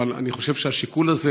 אבל אני חושב שהשיקול הזה